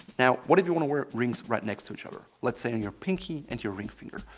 now what if you want to wear rings right next to each other, let's say on your pinky and your ring finger?